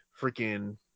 freaking